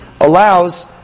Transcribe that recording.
allows